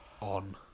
on